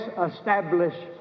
establish